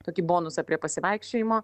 tokį bonusą prie pasivaikščiojimo